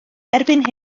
erbyn